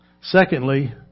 Secondly